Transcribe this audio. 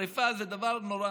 שרפה זה דבר נורא,